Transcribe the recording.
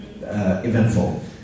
eventful